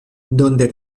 donde